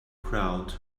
crowd